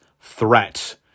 threat